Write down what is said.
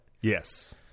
Yes